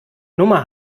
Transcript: nummer